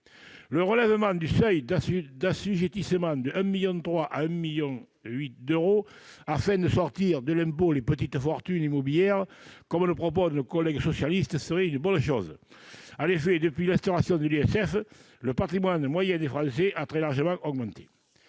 Le relèvement du seuil d'assujettissement de 1,3 million d'euros à 1,8 million d'euros, afin de sortir de l'impôt les « petites fortunes » immobilières, comme le proposent nos collègues socialistes, serait une bonne chose. En effet, depuis l'instauration de l'ISF, le patrimoine moyen des Français a très sensiblement augmenté.